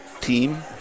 team